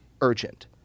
urgent